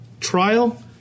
Trial